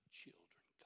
children